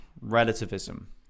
relativism